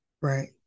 Right